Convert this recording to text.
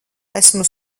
esmu